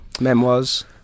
Memoirs